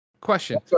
Question